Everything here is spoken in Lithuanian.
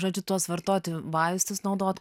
žodžiu tuos vartoti vaistus naudot